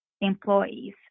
employees